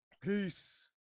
Peace